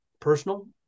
personal